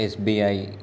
SBI